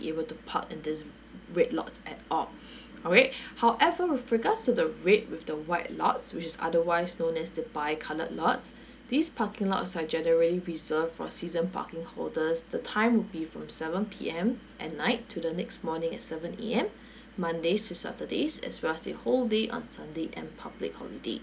able to park in these red lots at all alright however with regards to the red with the white lots which is otherwise known as the bi coloured lots these parking lots are generally reserved for season parking holders the time will be from seven P_M at night to the next morning at seven A_M mondays to saturdays as well as the whole day on sunday and public holiday